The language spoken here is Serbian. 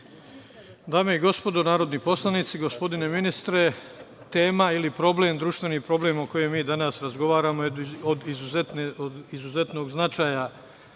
Dame i gospodo narodni poslanici, gospodine ministre, tema ili problem društveni o kojem mi danas razgovaramo je od izuzetnog značaja,